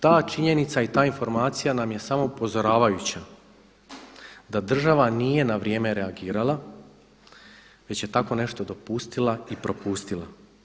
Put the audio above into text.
Ta činjenica i ta informacija nam je samo upozoravajuća da država nije na vrijeme reagirala već je tako nešto dopustila i propustila.